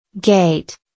Gate